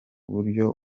buryo